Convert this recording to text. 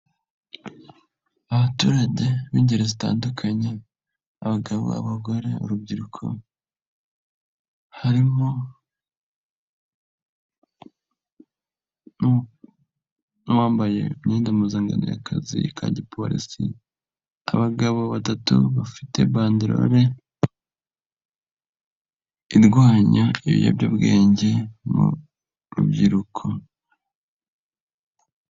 Abaturage b'ingeri zitandukanye, abagabo, abagore, urubyiruko, harimo, n'uwambaye imyenda mpuzankano y'akazi ka gipolisi. Abagabo batatu bafite bandorore irwanya ibiyobyabwenge mu rubyiruko.